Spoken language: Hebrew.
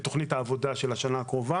בתכנית העבודה של השנה הקרובה